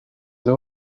with